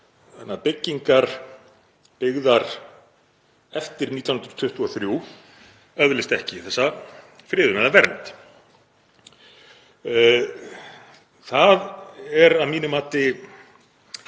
þannig að byggingar byggðar eftir 1923 öðlist ekki þessa friðun eða vernd. Það skortir